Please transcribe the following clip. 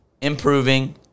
Improving